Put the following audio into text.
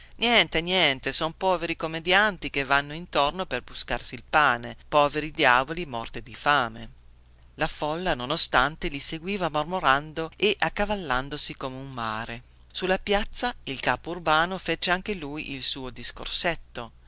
niente niente son poveri commedianti che vanno intorno per buscarsi il pane poveri diavoli morti di fame la folla nonostante li seguiva mormorando e accavallandosi come un mare sulla piazza il capo urbano fece anche lui il suo discorsetto